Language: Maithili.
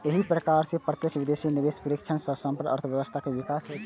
एहि प्रकार सं प्रत्यक्ष विदेशी निवेश मे वृद्धि सं संपूर्ण अर्थव्यवस्थाक विकास होइ छै